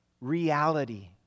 reality